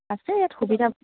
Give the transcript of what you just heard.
আছে ইয়াত সুবিধা